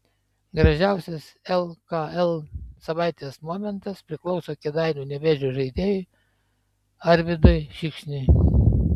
gražiausias lkl savaitės momentas priklauso kėdainių nevėžio žaidėjui arvydui šikšniui